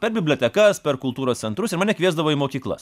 per bibliotekas per kultūros centrus ir mane kviesdavo į mokyklas